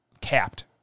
capped